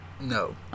No